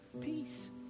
Peace